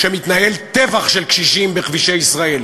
שמתנהל טבח של קשישים בכבישי ישראל.